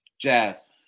Jazz